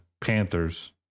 Panthers